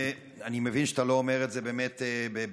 אני מבין שאתה לא אומר את זה באמת בביטחון.